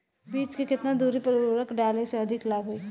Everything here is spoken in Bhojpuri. बीज के केतना दूरी पर उर्वरक डाले से अधिक लाभ होई?